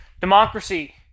Democracy